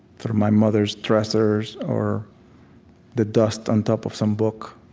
through my mother's dressers or the dust on top of some book,